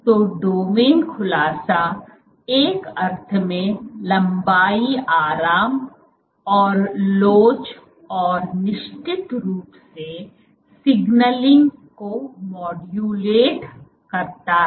तो डोमेन खुलासा एक अर्थ में लंबाई आराम और लोच और निश्चित रूप से सिग्नलिंग को मोड्युलेट करता है